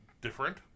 different